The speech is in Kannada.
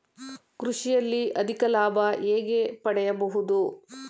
ಕೃಷಿಯಲ್ಲಿ ಅಧಿಕ ಲಾಭ ಹೇಗೆ ಪಡೆಯಬಹುದು?